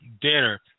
dinner